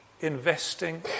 investing